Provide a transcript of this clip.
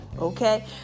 Okay